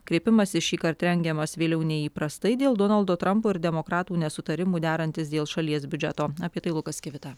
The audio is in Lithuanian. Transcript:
kreipimasis šįkart rengiamas vėliau nei įprastai dėl donaldo trampo ir demokratų nesutarimų derantis dėl šalies biudžeto apie tai lukas kivita